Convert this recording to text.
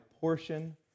portion